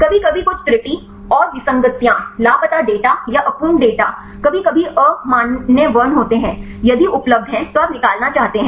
कभी कभी कुछ त्रुटि और विसंगतियां लापता डेटा या अपूर्ण डेटा कभी कभी अमान्य वर्ण होते हैं यदि उपलब्ध हैं तो आप निकालना चाहते हैं